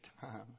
time